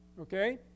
Okay